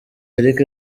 eric